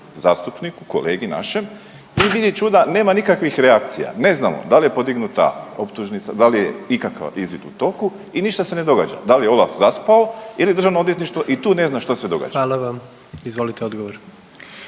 zastupniku, kolegi našem i vidi čuda nema nikakvih reakcija. Ne znamo da li je podignuta optužnica, da li je ikakav izvid u toku i ništa se ne događa. Da li je Olaf zaspao ili Državno odvjetništvo i tu ne znam što se događa. **Jandroković, Gordan